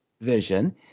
vision